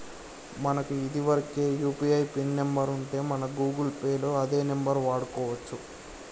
మనకు ఇదివరకే UPI pin number ఉంటే మనం గూగుల్ పే లో అదే నెంబర్ వాడుకోవచ్చు